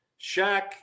Shaq